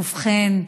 ובכן,